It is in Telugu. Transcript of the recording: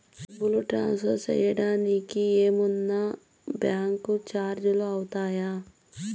డబ్బును ట్రాన్స్ఫర్ సేయడానికి ఏమన్నా బ్యాంకు చార్జీలు అవుతాయా?